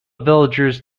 villagers